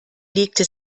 legte